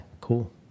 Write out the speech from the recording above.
cool